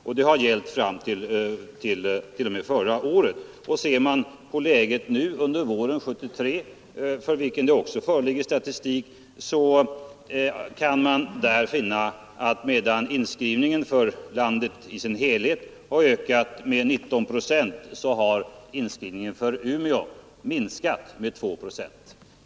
Så var det fram t.o.m. förra året. Men även för våren 1973, för vilken tid det också föreligger statistik, är läget det, att medan inskrivningen för landet i dess helhet har ökat med 19 procent, så har inskrivningen till universitetet i Umeå minskat med 2 procent.